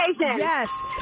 Yes